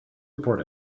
report